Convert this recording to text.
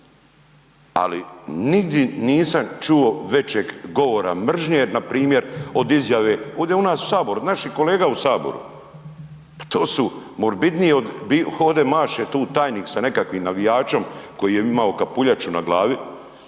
ali nigdje nisam čuo većeg govora mržnje npr. od izjave ovde u nas u saboru, naših kolega u saboru, pa to su morbidnije od, ovde maše tu tajnik sa nekakvim navijačem koji je imao kapuljaču na glavi